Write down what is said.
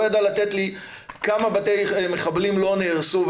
לא ידע לתת לי כמה בתי מחבלים לא נהרסו.